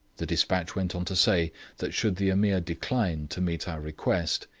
the despatch went on to say that should the ameer decline to meet our request,